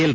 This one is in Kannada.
ಎಲ್